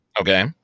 Okay